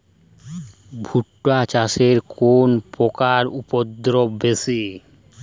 ভুট্টা চাষে কোন পোকার উপদ্রব বেশি?